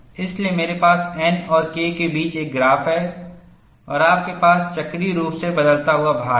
इसलिए मेरे पास N और K के बीच एक ग्राफ है और आपके पास चक्रीय रूप से बदलता हुआ भार है